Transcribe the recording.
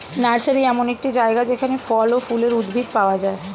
nursery এমন একটি জায়গা যেখানে ফল ও ফুলের উদ্ভিদ পাওয়া যায়